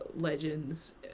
legends